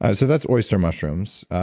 and so that's oyster mushrooms,